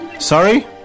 Sorry